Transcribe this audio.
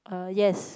uh yes